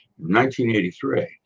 1983